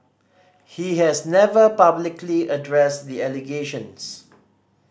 he has never publicly addressed the allegations